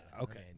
okay